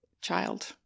child